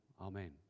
Amen